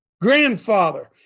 Grandfather